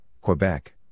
Quebec